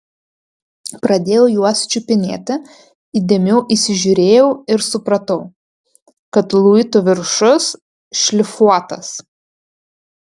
pradėjau juos čiupinėti įdėmiau įsižiūrėjau ir supratau kad luitų viršus šlifuotas